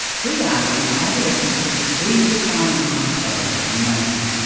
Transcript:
he argues adolescence is the defining life stage for humanity,